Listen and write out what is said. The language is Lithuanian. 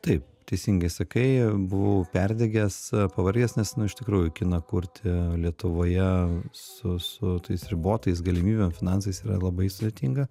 taip teisingai sakai buvau perdegęs pavargęs nes nu iš tikrųjų kiną kurti lietuvoje su su tais ribotais galimybėm finansais yra labai sudėtinga